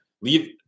leave